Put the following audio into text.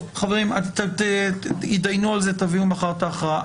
חברים, תתדיינו על זה ותביאו מחר את ההכרעה.